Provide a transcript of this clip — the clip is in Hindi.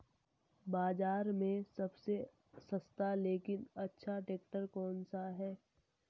बाज़ार में सबसे सस्ता लेकिन अच्छा ट्रैक्टर कौनसा है?